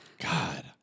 God